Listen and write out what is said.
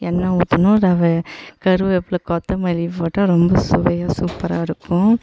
எண்ணெய் ஊற்றணும் ரவை கருவேப்பிலை கொத்தமல்லி போட்டால் ரொம்ப சுவையாக சூப்பராக இருக்கும்